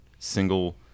Single